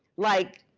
like,